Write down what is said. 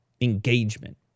Engagement